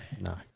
No